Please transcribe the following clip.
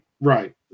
right